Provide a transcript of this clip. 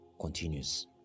continues